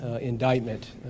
indictment